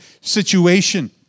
situation